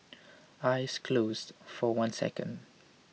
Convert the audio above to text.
eyes closed for one second